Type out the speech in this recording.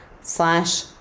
slash